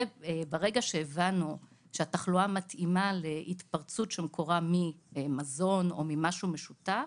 ברגע שהבנו שהתחלואה מתאימה להתפרצות שמקורה ממזון או ממשהו משותף,